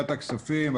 ועדת הכספים,